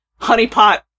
honeypot